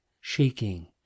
shaking